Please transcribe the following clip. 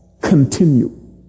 continue